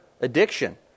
addiction